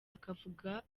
akavuga